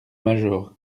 major